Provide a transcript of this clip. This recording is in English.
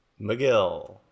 McGill